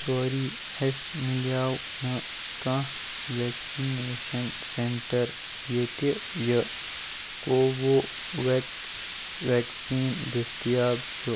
sorry اَسہِ میلیو نہٕ کانٛہہ ویٚکسِنیشن سین سینٹر ییٚتہِ یہِ کووِو ویٚکس ویکسیٖن دٔستیاب چھُ